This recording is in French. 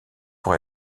pour